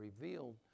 revealed